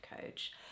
Coach